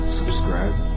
subscribe